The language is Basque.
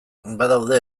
badaude